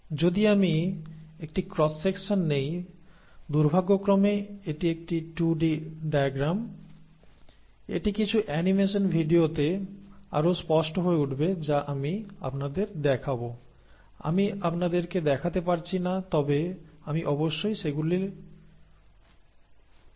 যদি আমি একটি ক্রস সেকশন নেই দুর্ভাগ্যক্রমে এটি একটি 2 D ডায়াগ্রাম এটি কিছু অ্যানিমেশন ভিডিওতে আরও স্পষ্ট হয়ে উঠবে যা আমি আপনাদের দেখাব আমি আপনাদেরকে দেখাতে পারছি না তবে আমি অবশ্যই সেগুলির লিঙ্কগুলি দেব